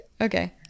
Okay